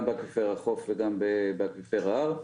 גם באקוויפר החוף וגם באקוויפר ההר.